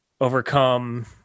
overcome